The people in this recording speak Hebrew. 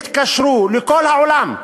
התקשרו לכל העולם,